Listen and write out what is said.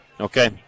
Okay